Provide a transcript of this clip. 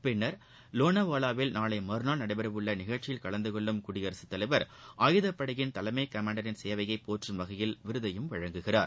பின்னார் வோனவாலாவில் நாளை மறுநாள் நடைபெறவுள்ள நிகழ்ச்சியில் கலந்து கொள்ளும் குடியரகத்தலைவர் ஆயுதப்படையின் தலைமை கமாண்டரின் சேவையைப் போற்றும் வகையில் விருதையும் வழங்குகிறார்